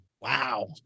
Wow